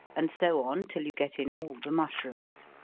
and so on till you get in all the mushrooms.